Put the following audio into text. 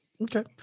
Okay